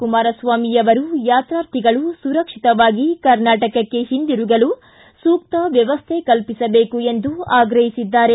ಕುಮಾರಸ್ವಾಮಿ ಅವರು ಈ ಯಾತಾರ್ಥಿಗಳು ಸುರಕ್ಷಿತವಾಗಿ ಕರ್ನಾಟಕಕ್ಕೆ ಹಿಂದಿರುಗಲು ಸೂಕ್ತ ವ್ಯವಸ್ಥೆ ಕಲ್ಪಿಸಬೇಕು ಎಂದು ಆಗ್ರಹಿಸಿದ್ದಾರೆ